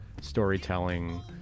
storytelling